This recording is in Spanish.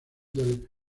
del